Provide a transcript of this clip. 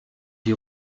die